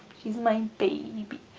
she's my baby,